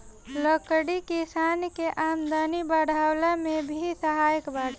लकड़ी किसानन के आमदनी बढ़वला में भी सहायक बाटे